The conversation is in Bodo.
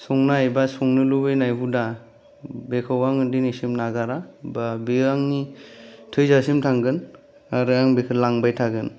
संनाय एबा संनो लुबैनाय हुदा बेखौ आं दिनैसिम नागारा बा बेयो आंनि थैजासिम थांगोन आरो आं बेखौ लांबाय थागोन